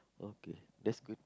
okay that's good